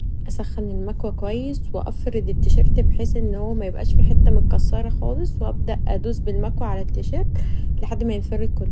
اسخن المكواه كويس و افرد التيشرت بحيث انه ميكونش فيه حته متكسره خالص و أبدا ادوس بالمكواه علي التيشرت لحد ما ينفرد كله.